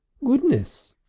goodness!